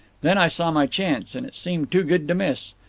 then i saw my chance, and it seemed too good to miss.